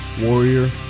Warrior